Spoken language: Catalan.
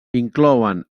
inclouen